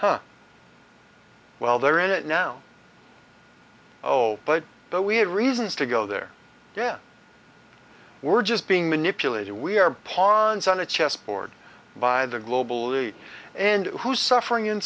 libya well they're in it now oh but but we had reasons to go there yeah we're just being manipulated we are ponds on a chessboard by the globally and who's suffering in